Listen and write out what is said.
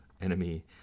enemy